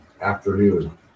Afternoon